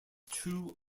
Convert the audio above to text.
too